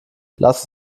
lass